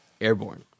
Airborne